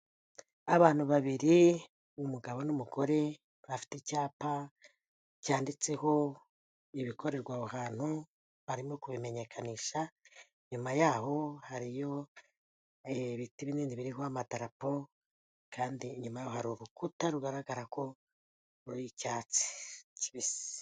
Abantu babiri umugabo n'umugore bafite icyapa cyanditseho ibikorerwa aho hantu, barimo kubimenyekanisha, inyuma yaho hariyo ibiti binini biriho amadarapo kandi inyuma yaho hari urukuta rugaragara ko ruriho icyatsi kibisi.